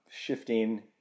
shifting